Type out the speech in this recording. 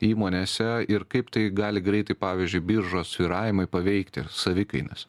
įmonėse ir kaip tai gali greitai pavyzdžiui biržos svyravimai paveikti savikainas